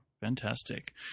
Fantastic